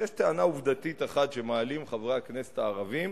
יש טענה עובדתית אחת שמעלים חברי הכנסת הערבים,